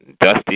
Dusty